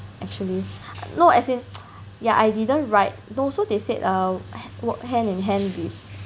actually no as in ya I didn't write no so they said err work hand in hand with